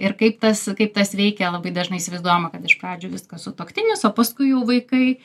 ir kaip tas kaip tas veikia labai dažnai įsivaizduojama kad iš pradžių viską sutuoktinis o paskui jau vaikai